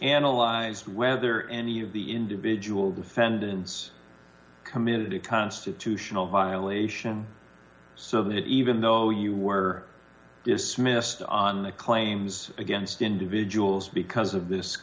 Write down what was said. analyzed whether any of the individual defendants committed a constitutional violation so that even though you were dismissed on the claims against individuals because of this